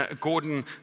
Gordon